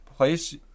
Place